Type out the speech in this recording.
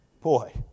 boy